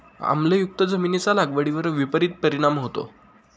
आम्लयुक्त जमिनीचा लागवडीवर विपरीत परिणाम होतो